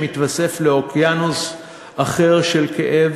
שמתווסף לאוקיינוס אחר של כאב,